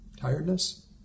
Tiredness